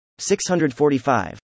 645